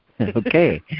Okay